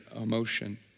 emotion